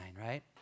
right